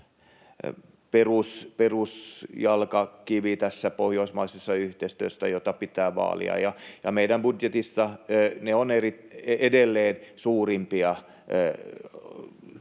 peruskivi tässä pohjoismaisessa yhteistyössä, jota pitää vaalia. Meidän budjetissamme ne ovat edelleen suurimpia